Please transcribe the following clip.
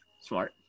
Smart